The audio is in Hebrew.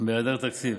בהיעדר תקציב.